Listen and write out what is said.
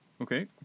Okay